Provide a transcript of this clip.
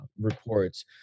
reports